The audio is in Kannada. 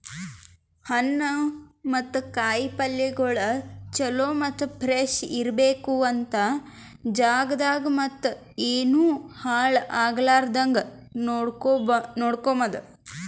ಹಣ್ಣು ಮತ್ತ ಕಾಯಿ ಪಲ್ಯಗೊಳ್ ಚಲೋ ಮತ್ತ ಫ್ರೆಶ್ ಇರ್ಬೇಕು ಅಂತ್ ಜಾಗದಾಗ್ ಮತ್ತ ಏನು ಹಾಳ್ ಆಗಲಾರದಂಗ ನೋಡ್ಕೋಮದ್